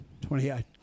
28